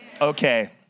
Okay